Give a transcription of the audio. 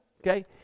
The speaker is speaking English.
okay